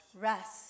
rest